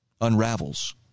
unravels